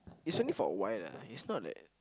is only for a while lah is not like